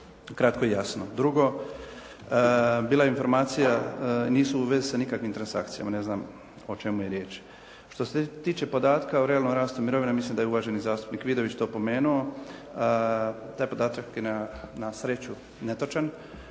kratko i jasno. Drugo, bila je informacija nisu u vezi sa nikakvim transakcijama. Ne znam o čemu je riječ. Što se tiče podatka o realnom rastu mirovina mislim da je uvaženi zastupnik Vidović to pomenuo. Taj podatak je na sreću netočan.